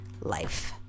life